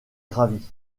gravi